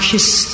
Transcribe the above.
Kiss